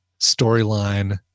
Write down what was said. storyline